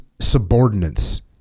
subordinates